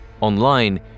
online